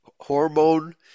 hormone